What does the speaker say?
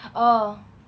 oh